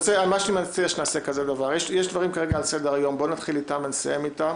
שעל סדר-היום ונסיים איתם.